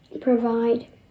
provide